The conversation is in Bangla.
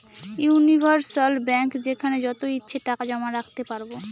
ইউনিভার্সাল ব্যাঙ্ক যেখানে যত ইচ্ছে টাকা জমা রাখতে পারবো